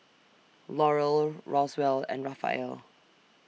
Laurel Roswell and Raphael